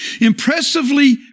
Impressively